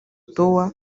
tower